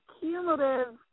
cumulative